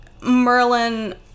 Merlin